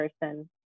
person